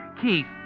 Keith